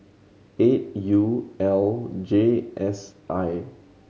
eight U L J S I